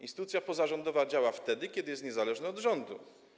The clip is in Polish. Instytucja pozarządowa działa wtedy, kiedy jest niezależna od rządu.